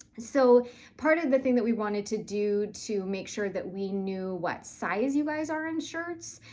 so part of the thing that we wanted to do to make sure that we knew what size you guys are in shirts,